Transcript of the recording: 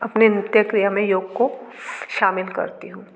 अपनी नित्य क्रिया में योग को शामिल करती हूँ